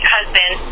husband